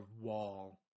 wall